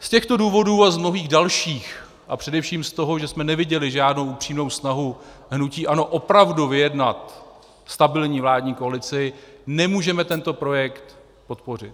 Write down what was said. Z těchto důvodů a z mnohých dalších a především z toho, že jsme neviděli žádnou upřímnou snahu hnutí ANO opravdu vyjednat stabilní vládní koalici, nemůžeme tento projekt podpořit.